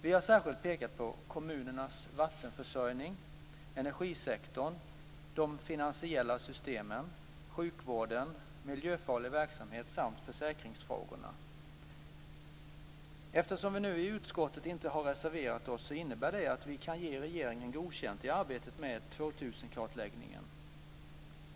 Vi har särskilt pekat på kommunernas vattenförsörjning, energisektorn, de finansiella systemen, sjukvården, miljöfarlig verksamhet samt försäkringsfrågorna. Eftersom vi nu i utskottet inte har reserverat oss, innebär det att vi kan ge regeringen godkänt i arbetet med 2000-kartläggningen.